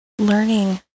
learning